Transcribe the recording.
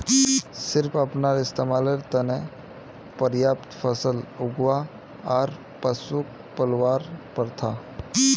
सिर्फ अपनार इस्तमालेर त न पर्याप्त फसल उगव्वा आर पशुक पलवार प्रथा